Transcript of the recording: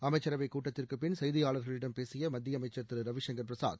அமைச்சரவைக் கூட்டத்திற்குப்பின் செய்தியாளர்களிடம் பேசிய மத்திய அமைச்சர் திரு ரவிசங்கர் பிரசாத்